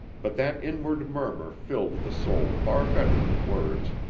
but that inward murmur filled the soul far better than words,